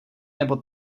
nebo